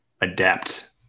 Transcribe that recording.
adapt